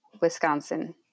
Wisconsin